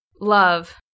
Love